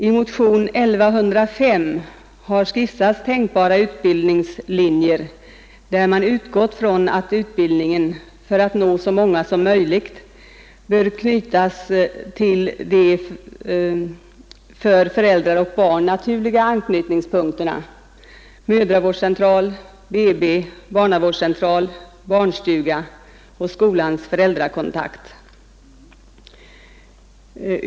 I motionen 1105 har skissats tänkbara utbildningslinjer där man utgått från att utbildningen, för att nå så många som möjligt, bör knytas till de för föräldrar och barn naturliga anknytningspunkterna: mödravårdscentral, BB, barnavårdscentral, barnstuga och skolans föräldrakontakt.